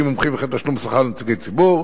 מומחים וכן תשלום שכר לנציגי ציבור,